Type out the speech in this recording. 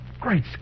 Great